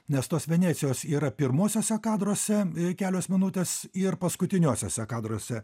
nes tos venecijos yra pirmuosiuose kadruose kelios minutės ir paskutiniuosiuose kadruose